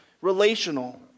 relational